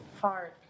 hard